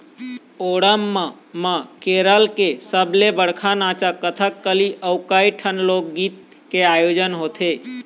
ओणम म केरल के सबले बड़का नाचा कथकली अउ कइठन लोकगीत के आयोजन होथे